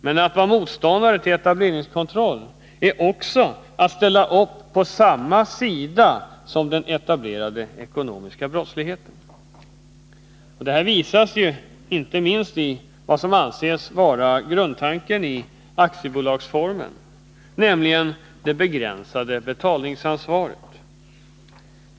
Men att vara motståndare till etableringskontroll innebär också att man ställer upp på samma sida som den etablerade ekonomiska brottsligheten. Detta visas ju inte minst i vad som anses vara grundtanken i aktiebolagsformen, nämligen det begränsade betalningsansvaret.